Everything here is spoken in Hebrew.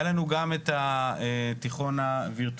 היה לנו גם את התיכון הווירטואלי,